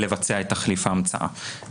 לבצע את תחליף ההמצאה.